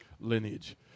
lineage